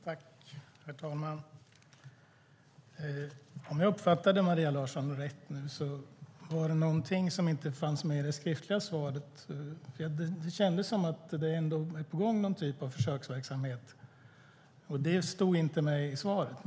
Herr talman! Om jag uppfattade Maria Larsson rätt nu var det någonting som inte fanns med i det skriftliga svaret. Det kändes som att det ändå är på gång någon typ av försöksverksamhet. Det stod inte med i svaret.